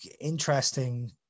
interesting